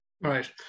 right